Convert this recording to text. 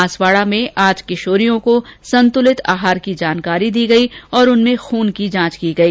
बांसवाड़ा में आज किशोरियों को संतुलित आहार की जानकारी दी गई और उनमें खून की जांच की गई